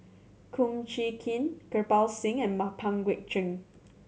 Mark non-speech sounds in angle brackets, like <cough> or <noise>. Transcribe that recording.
Kum Chee Kin Kirpal Singh and <unintelligible> Pang Guek Cheng